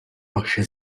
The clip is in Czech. vaše